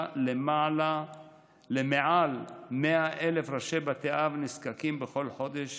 למעל 100,000 ראשי בתי אב נזקקים בכל חודש